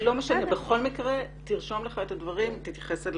תרשום לך את הדברים ואחר כך תתייחס.